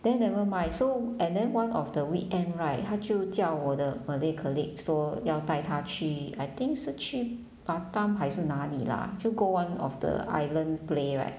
then nevermind so and then one of the weekend right 她就叫我的 malay colleague 说要带她去 I think 是去 batam 还是哪里 lah 就 go one of the island play right